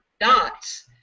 dots